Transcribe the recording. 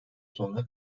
sonra